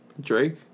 Drake